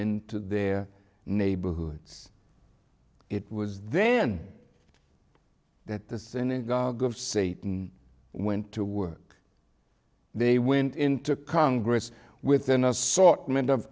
into their neighborhoods it was then that the synagogue of satan went to work they went into congress with an assortment of